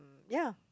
ya